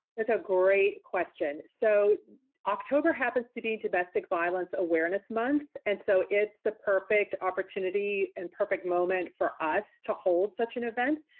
that's a great question. so october happens to be domestic violence awareness month, and so it's the perfect opportunity and perfect moment for us to hold such an event.